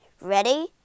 Ready